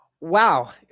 Wow